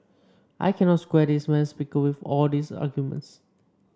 I cannot square this madam speaker with all these arguments